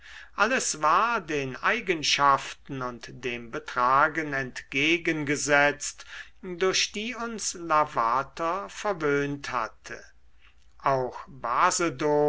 alles war den eigenschaften und dem betragen entgegengesetzt durch die uns lavater verwöhnt hatte auch basedow